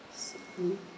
seedly